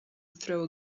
throw